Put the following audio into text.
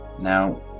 Now